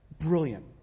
brilliant